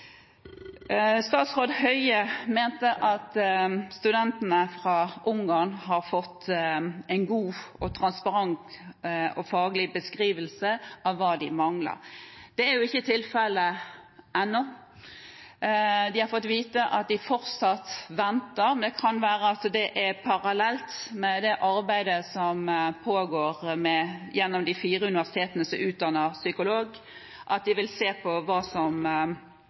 har fått en god, transparent og faglig beskrivelse av hva de mangler. Det er jo ikke tilfellet ennå. De har fått vite at de fortsatt venter, men det kan være at det skjer parallelt med det arbeidet som pågår, at de fire universitetene som utdanner psykologer, vil se på hva som